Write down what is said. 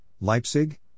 Leipzig